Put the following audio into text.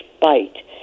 bite